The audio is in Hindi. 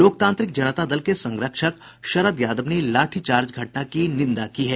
लोकतांत्रिक जनता दल के संरक्षक शरद यादव ने लाठीचार्ज घटना की निंदा की है